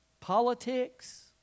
Politics